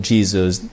Jesus